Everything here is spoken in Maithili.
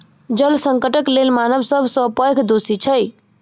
जल संकटक लेल मानव सब सॅ पैघ दोषी अछि